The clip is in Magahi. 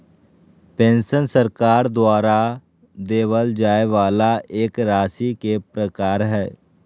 पेंशन सरकार द्वारा देबल जाय वाला एक राशि के प्रकार हय